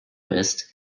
ist